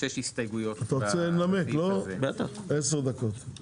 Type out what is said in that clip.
תנמק, עשר דקות.